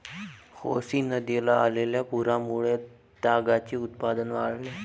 कोसी नदीला आलेल्या पुरामुळे तागाचे उत्पादन वाढले